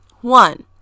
one